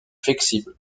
flexible